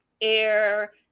air